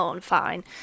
Fine